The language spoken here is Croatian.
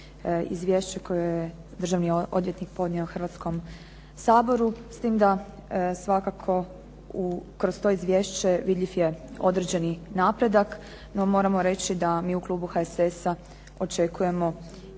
Izvješće koje je državni odvjetnik podnio Hrvatskom saboru s tim da svakako kroz to izvješće vidljiv je određeni napredak, no moramo reći da mi u klubu HSS-a očekujemo puno